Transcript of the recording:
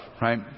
Right